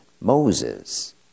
Moses